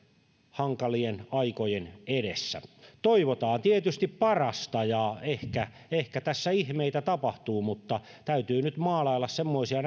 hankalien aikojen edessä toivotaan tietysti parasta ja ehkä ehkä tässä ihmeitä tapahtuu mutta täytyy nyt maalailla semmoisia